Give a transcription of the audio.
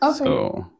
Okay